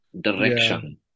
direction